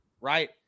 right